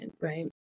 right